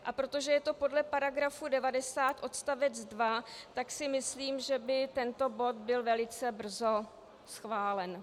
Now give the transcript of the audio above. A protože je to podle § 90 odst. 2, tak si myslím, že by tento bod byl velice brzo schválen.